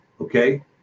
okay